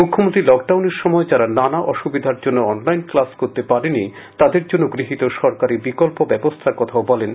মুখ্যমন্ত্রী লকডাউনের সময় যারা নানা অসুবিধার জন্য অনলাইন ক্লাস করতে পারেনি তাদের জন্য গৃহীত সরকারী বিকল্প ব্যবস্থার কথাও বলেন